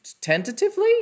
tentatively